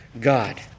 God